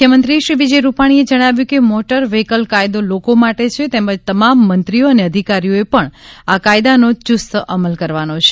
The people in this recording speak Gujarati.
મુખ્યમંત્રી શ્રી વિજય રૂપાણીએ જણાવ્યું છે કે મોટર વ્હીકલ કાયદો લોકો માટે છે તેમજ તમામ મંત્રીઓ અને અધિકારીઓએ પણ આ કાયદાનો યુસ્ત અમલ કરવાનો છે